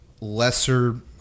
lesser